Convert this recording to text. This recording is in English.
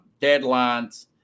deadlines